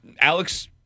Alex